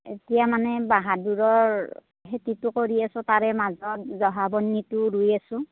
এতিয়া মানে বাহাদুৰৰ খেতিটো কৰি আছোঁ তাৰে মাজত জহা বৰ্ণিটোও ৰুই আছোঁ